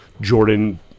Jordan